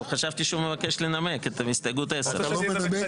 חשבתי שהוא מבקש לנמק את הסתייגות 10. אתה רוצה שאני אנמק לך את כל ההסתייגויות?